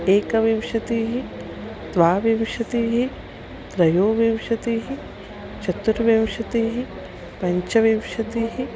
एकविंशतिः द्वाविंशतिः त्रयोविंशतिः चतुर्विंशतिः पञ्चविंशतिः